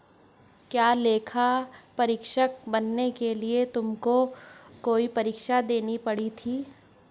क्या लेखा परीक्षक बनने के लिए भी तुमको कोई परीक्षा देनी पड़ी थी?